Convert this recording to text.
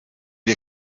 wir